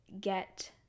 get